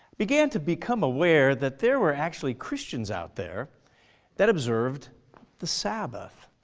began to become aware that there were actually christians out there that observed the sabbath.